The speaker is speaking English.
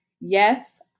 yes